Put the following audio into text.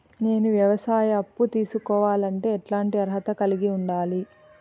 నేను వ్యవసాయ అప్పు తీసుకోవాలంటే ఎట్లాంటి అర్హత కలిగి ఉండాలి?